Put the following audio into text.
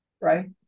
right